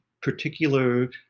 particular